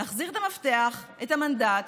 להחזיר את המפתח, את המנדט,